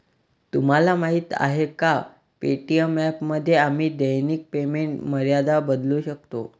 तुम्हाला माहीत आहे का पे.टी.एम ॲपमध्ये आम्ही दैनिक पेमेंट मर्यादा बदलू शकतो?